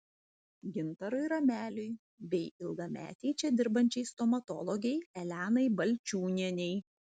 gintarui rameliui bei ilgametei čia dirbančiai stomatologei elenai balčiūnienei